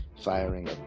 firing